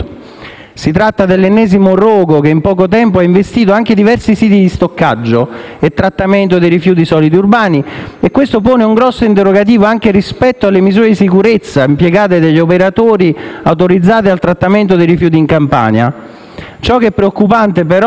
Si tratta dell'ennesimo rogo che in poco tempo ha investito anche diversi siti di stoccaggio e trattamento dei rifiuti solidi urbani e questo pone un grosso interrogativo anche rispetto alle misure di sicurezza impiegate dagli operatori autorizzati al trattamento dei rifiuti in Campania. Ciò che è preoccupante, però,